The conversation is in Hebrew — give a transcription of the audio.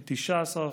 כ-19%,